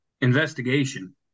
investigation